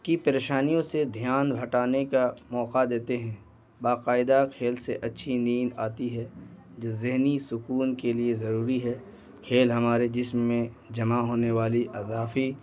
کی پریشانیوں سے دھیان ہھٹانے کا موقع دیتے ہیں باقاعدہ کھیل سے اچھی نیند آتی ہے جو ذہنی سکون کے لیے ضروری ہے کھیل ہمارے جسم میں جمع ہونے والی اضافی